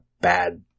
bad